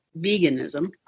veganism